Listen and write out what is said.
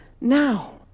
now